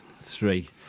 three